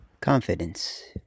confidence